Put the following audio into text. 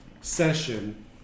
session